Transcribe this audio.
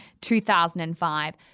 2005